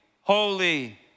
holy